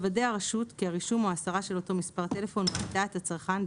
תוודא הרשות כי הרישום או ההסרה של אותו מספר טלפון הוא על דעת הצרכן,